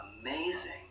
amazing